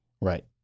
Right